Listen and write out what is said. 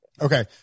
Okay